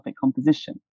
composition